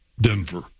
Denver